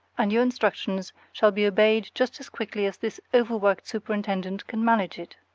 and your instructions shall be obeyed just as quickly as this overworked superintendent can manage it.